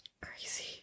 crazy